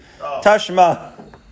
Tashma